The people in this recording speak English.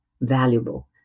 valuable